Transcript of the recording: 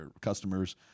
customers